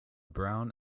brown